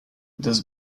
das